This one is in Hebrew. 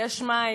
יש מים,